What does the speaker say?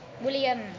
William